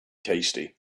tasty